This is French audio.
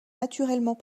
naturellement